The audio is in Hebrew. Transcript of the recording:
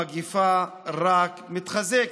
המגפה רק מתחזקת.